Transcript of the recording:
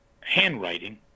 handwriting